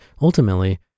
ultimately